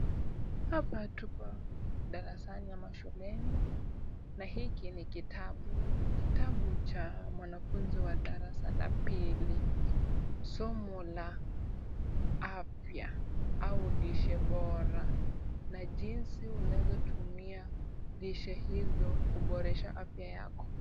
Hapa tupo darasani ama shuleni na hiki ni kitabu. Kitabu cha mwanafunzi wa darasa la pili. Somo la afya au lishe bora na jinsi unawezatumia lishe hizo kuboresha afya yako.